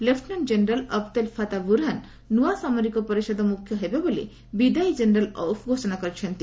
lieutenant general Abdel Fattah Burhan ନୂଆ ସାମରିକ ପରିଷଦ ମୁଖ୍ୟ ହେବେ ବୋଲି ବିଦାୟୀ ଜେନେରାଲ୍ ଅଉଫ୍ ଘୋଷଣା କରିଛନ୍ତି